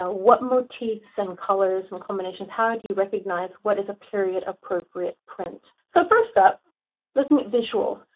ah what motifs and colors and combinations. how do you recognize what is a period-appropriate print? so first up looking at visuals,